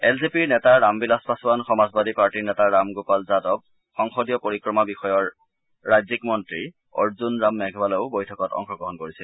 L জে পিৰ নেতা ৰামবিলাস পাছোৱান সমাজবাদী পাৰ্টিৰ নেতা ৰাম গোপাল যাদৰসংসদীয় পৰিক্ৰমা বিষয়ৰ ৰাজ্যিক মন্নী অৰ্জুন ৰাম মেঘৱালেও বৈঠকত অংশগ্ৰহণ কৰিছিল